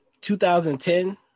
2010